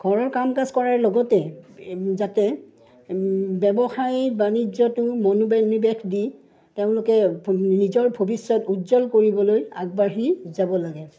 ঘৰৰ কাম কাজ কৰাৰ লগতে যাতে ব্যৱসায় বাণিজ্যটো মনোবেশ নিৱেশ দি তেওঁলোকে নিজৰ ভৱিষ্যত উজ্জ্বল কৰিবলৈ আগবাঢ়ি যাব লাগে